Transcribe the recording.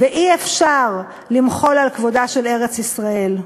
ואי-אפשר למחול על כבודה של ארץ-ישראל.